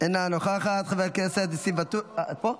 אינה נוכחת, חבר הכנסת ניסים ואטורי, פה?